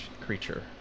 creature